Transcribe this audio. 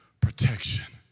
protection